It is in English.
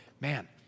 man